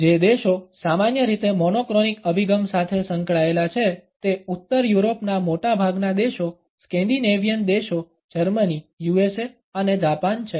જે દેશો સામાન્ય રીતે મોનોક્રોનિક અભિગમ સાથે સંકળાયેલા છે તે ઉત્તર યુરોપના મોટાભાગના દેશો સ્કેન્ડિનેવિયન દેશો જર્મની યુએસએ અને જાપાન છે